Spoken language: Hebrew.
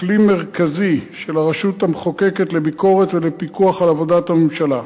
כלי מרכזי של הרשות המחוקקת לביקורת ולפיקוח על עבודת הממשלה.